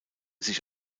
sich